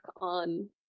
on